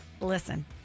Listen